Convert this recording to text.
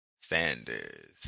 Sanders